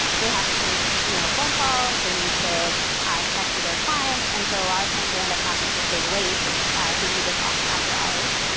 they have to make, you know, phone calls they need to connect with their clients. and so a lot of times, they end up having to stay late to do this after hours.